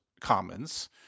commons